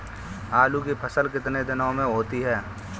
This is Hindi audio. आलू की फसल कितने दिनों में होती है?